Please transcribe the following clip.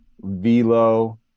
velo